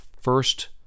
first